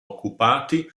occupati